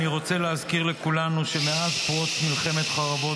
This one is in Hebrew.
אני רוצה להזכיר לכולנו שמאז פרוץ מלחמת חרבות